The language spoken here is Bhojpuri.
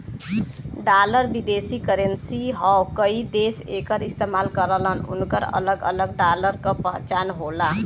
डॉलर विदेशी करेंसी हौ कई देश एकर इस्तेमाल करलन उनकर अलग अलग डॉलर क पहचान होला